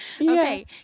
Okay